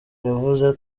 yavuze